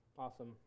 Awesome